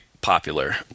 popular